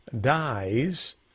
dies